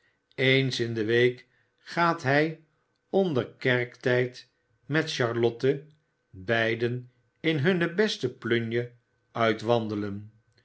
eens in de week gaat hij onder kerktijd met charlotte beiden in hunne beste plunje